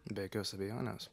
be jokios abejonės